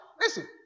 Listen